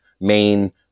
main